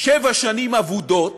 שבע שנים אבודות,